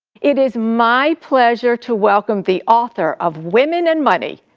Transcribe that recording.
it is my pleasure to welcome the author of women and money,